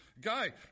guy